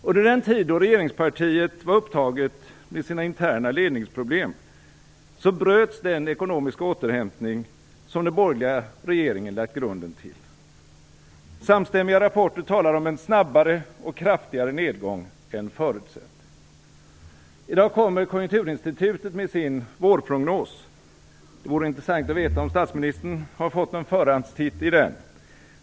Under den tid då regeringspartiet var upptaget med sina interna ledningsproblem bröts den ekonomiska återhämtning som den borgerliga regeringen lagt grunden till. Samstämmiga rapporter talar om en snabbare och kraftigare nedgång än förutsett. I dag kommer Konjunkturinstitutet med sin vårprognos, och det vore intressant att veta om statsministern har fått någon förhandstitt i den.